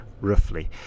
roughly